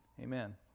Amen